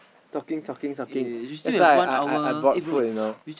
talking talking talking that's why I I I brought food you know